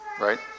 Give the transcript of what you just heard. right